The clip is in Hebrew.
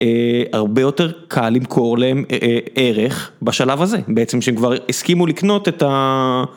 הרבה יותר קל למכור להם ערך בשלב הזה, בעצם שהם כבר הסכימו לקנות את ה...